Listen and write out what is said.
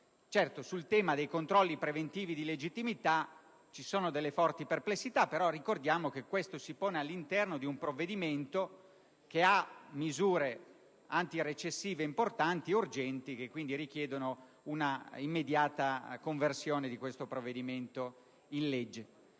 Certo, sul tema dei controlli preventivi di legittimità ci sono forti perplessità; però ricordiamo che questo si pone all'interno di un provvedimento che ha misure antirecessive importanti ed urgenti, che quindi richiedono un'immediata conversione in legge di tale provvedimento.